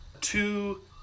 two